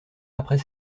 après